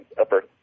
upper